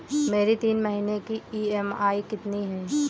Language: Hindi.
मेरी तीन महीने की ईएमआई कितनी है?